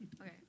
Okay